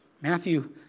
Matthew